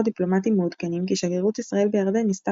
דיפלומטיים מעודכנים כי שגרירות ישראל בירדן ניסתה